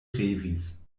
revis